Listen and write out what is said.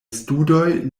studoj